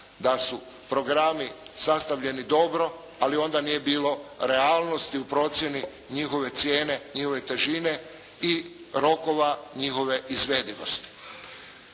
da su programi sastavljeni dobro, ali onda nije bilo realnosti u procjeni njihove cijene, njihove težine i rokova njihove izvedivosti.